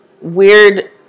weird